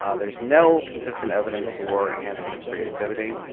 um there's no consistent evidence for enhancement of creativity.